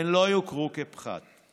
והן לא יוכרו לפחת.